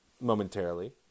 momentarily